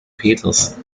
peters